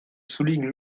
souligne